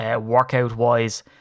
workout-wise